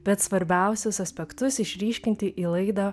bet svarbiausius aspektus išryškinti į laidą